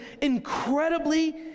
incredibly